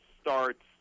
starts